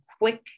quick